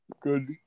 Good